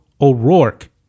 O'Rourke